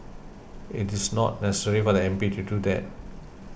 it's not necessary for the M P to do that